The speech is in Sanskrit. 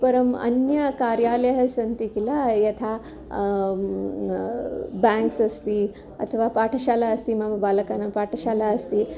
परम् अन्यकार्यालयाः सन्ति किल यथा बेङ्क्स् अस्ति अथवा पाठशाला अस्ति मम बालकानां पाठशाला अस्ति